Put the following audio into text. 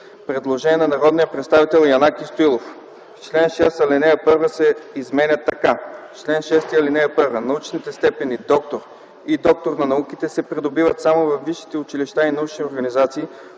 предложение на народния представител Янаки Стоилов – в чл. 6, ал. 1 се изменя така: „Чл. 6. (1) Научните степени „доктор” и „доктор на науките” се придобиват само във висшите училища и научни организации,